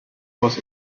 was